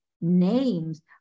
names